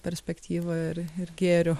perspektyva ir ir gėriu